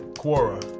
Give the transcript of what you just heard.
quora.